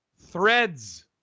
threads